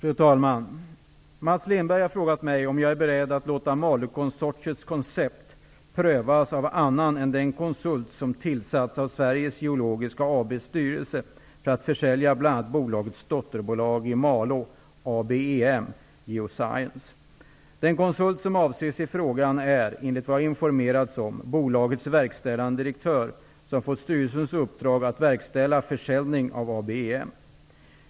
Fru talman! Mats Lindberg har frågat mig om jag är beredd att låta Malåkonsortiets koncept prövas av annan än den konsult som tillsatts av Sveriges Den konsult som avses i frågan är, enligt vad jag informerats om, bolagets verkställande direktör som fått styrelsens uppdrag att verkställa försäljning av ABEM.